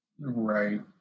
Right